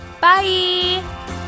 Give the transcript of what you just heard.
bye